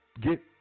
get